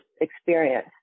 experience